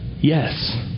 Yes